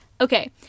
Okay